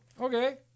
okay